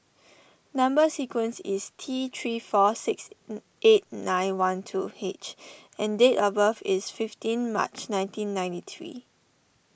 Number Sequence is T three four six N eight nine one two H and date of birth is fifteen March nineteen ninety three